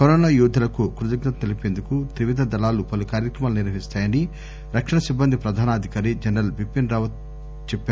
corona యోధులకు కృతజ్ఞత తెలిపేందుకు త్రివిద దళాలు పలు కార్యక్రమాలు నిర్వహిస్తాయని రక్షణ సిబ్బంది ప్రధానాధికారి జనరల్ బిపిన్ రావత్ చెప్పారు